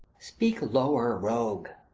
speak lower, rogue.